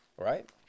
right